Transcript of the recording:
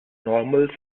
normal